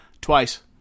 Twice